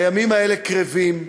הימים האלה קרבים,